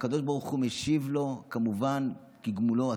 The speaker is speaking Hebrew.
והקדוש ברוך הוא משיב לו כמובן כגמולו הטוב.